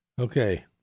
Okay